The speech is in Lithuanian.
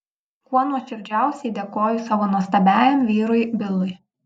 kuo nuoširdžiausiai dėkoju savo nuostabiajam vyrui bilui